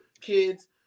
kids